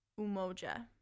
umoja